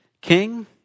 king